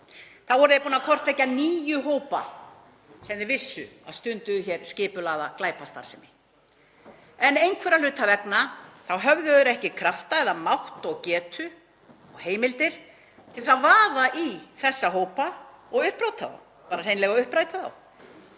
Þá voru þeir búnir að kortleggja níu hópa sem þeir vissu að stunduðu skipulagða glæpastarfsemi hér en einhverra hluta vegna höfðu þeir ekki krafta eða mátt og getu og heimildir til að vaða í þá hópa og uppræta þá, bara hreinlega uppræta þá,